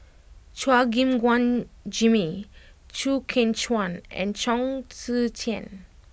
Chua Gim Guan Jimmy Chew Kheng Chuan and Chong Tze Chien